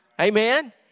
Amen